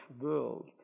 world